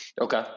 Okay